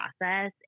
process